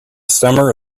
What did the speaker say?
summer